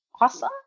awesome